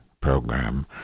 program